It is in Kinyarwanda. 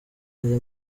njye